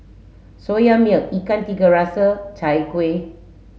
soya milk ikan tiga rasa chai kuih